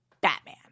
Batman